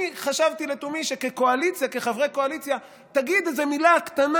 אני חשבתי לתומי שכחבר קואליציה תגיד איזו מילה קטנה,